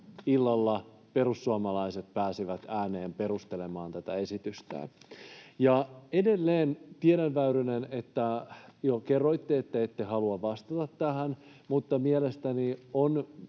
illalla perussuomalaiset pääsivät ääneen perustelemaan tätä esitystään. Tiedän, Väyrynen, että jo kerroitte, että ette halua vastata tähän, mutta mielestäni on